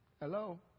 Hello